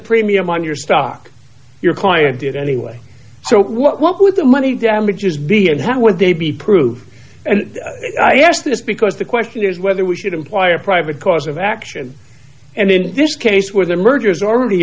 premium on your stock your client did anyway so what would the money damages be and how would they be proved and i ask this because the question is whether we should employ a private cause of action and in this case where the mergers already